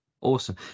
Awesome